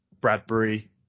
Bradbury